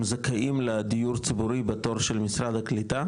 זכאים לדיור ציבורי בתור של משרד הקליטה